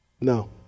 No